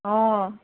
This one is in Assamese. অঁ